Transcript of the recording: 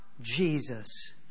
Jesus